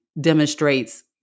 demonstrates